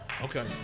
okay